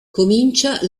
comincia